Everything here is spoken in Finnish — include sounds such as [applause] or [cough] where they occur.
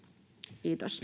kiitos [unintelligible]